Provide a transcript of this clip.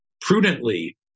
prudently